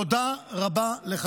תודה רבה.